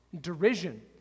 derision